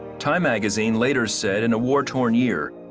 time magazine later said in a war torn year,